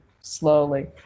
slowly